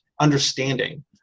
understanding